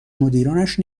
مدیرانش